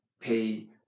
pay